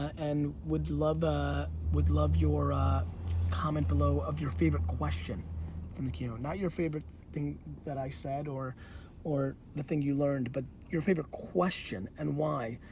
and would love ah would love your comment below of your favorite question from the keynote, not your favorite thing that i said or or the thing you learned, but your favorite question, and why,